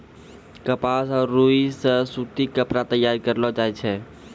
कपास रो रुई से सूती कपड़ा तैयार करलो जाय छै